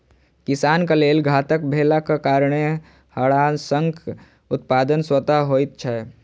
किसानक लेल घातक भेलाक कारणेँ हड़ाशंखक उत्पादन स्वतः होइत छै